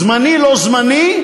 זמני, לא זמני,